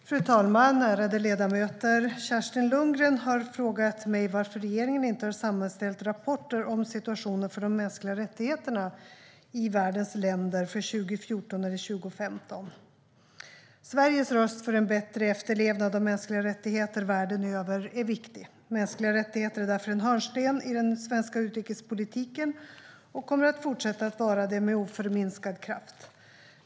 Svar på interpellationer Fru talman! Ärade ledamöter! Kerstin Lundgren har frågat mig varför regeringen inte har sammanställt rapporter om situationen för de mänskliga rättigheterna i världens länder för 2014 eller 2015. Sveriges röst för en bättre efterlevnad av mänskliga rättigheter världen över är viktig. Mänskliga rättigheter är därför en hörnsten i den svenska utrikespolitiken och kommer fortsätta att vara det med oförminskad kraft.